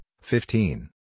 fifteen